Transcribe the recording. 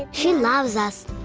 she loves us.